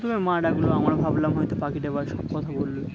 তবে মা ডাকলো আমিও ভাবলাম হয়তো পাখিটা আবার সব কথা বললো